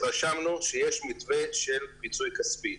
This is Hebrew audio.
התרשמנו שיש מתווה של פיצוי כספי.